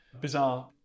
Bizarre